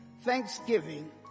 thanksgiving